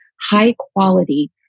high-quality